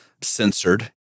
censored